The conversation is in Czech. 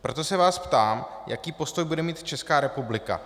Proto se vás ptám, jaký postoj bude mít Česká republika.